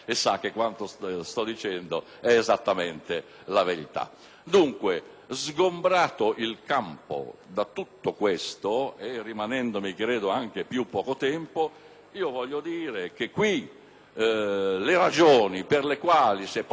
Dunque, sgombrato il campo da tutto questo e rimanendomi poco tempo a disposizione, le ragioni per le quali si è posta la fiducia sono quelle che ho appuntato quando ha parlato il ministro Vito: